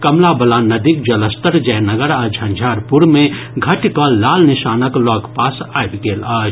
कमला बलान नदीक जलस्तर जयनगर आ झंझारपुर मे घटिकऽ लाल निशानक लऽगपास आबि गेल अछि